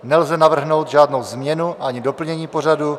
Nelze navrhnout žádnou změnu ani doplnění pořadu.